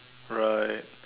right